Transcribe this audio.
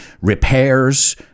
repairs